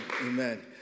amen